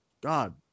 God